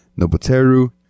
Nobuteru